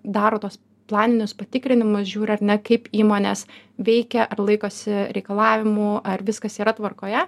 daro tuos planinius patikrinimus žiūri ar ne kaip įmonės veikia ar laikosi reikalavimų ar viskas yra tvarkoje